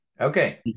Okay